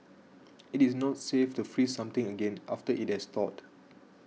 it is not safe to freeze something again after it has thawed